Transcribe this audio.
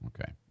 Okay